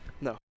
No